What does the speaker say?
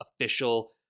official